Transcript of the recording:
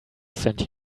sent